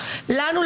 לנו,